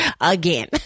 again